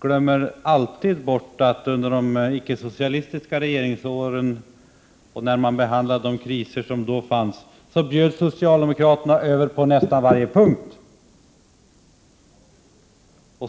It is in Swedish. glömmer alltid bort att under de icke-socialistiska regeringsåren bjöd socialdemokraterna över på nästan varje punkt vid behandlingen av de kriser som då fanns.